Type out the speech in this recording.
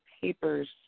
papers